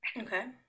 okay